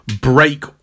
break